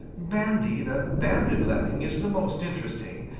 bandy the banded lemming is the most interesting,